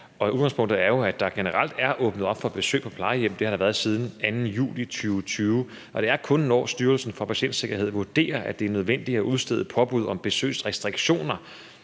Udgangspunktet er jo, at der generelt er åbnet op for besøg på plejehjem – det har der været siden den 2. juli 2020 – og det er kun, når Styrelsen for Patientsikkerhed vurderer, at det er nødvendigt at udstede påbud om besøgsrestriktioner